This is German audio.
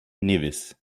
nevis